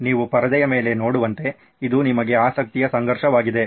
ನೀವು ಪರದೆಯ ಮೇಲೆ ನೋಡುವಂತೆ ಇದು ನಿಮಗೆ ಆಸಕ್ತಿಯ ಸಂಘರ್ಷವಾಗಿದೆ